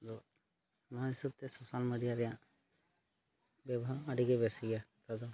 ᱚᱱᱟ ᱦᱤᱥᱟᱹᱵᱽᱛᱮ social media ᱨᱮᱭᱟᱜ ᱵᱮᱵᱷᱟᱨ ᱟᱹᱰᱤᱜᱮ ᱵᱮᱥ ᱜᱮᱭᱟ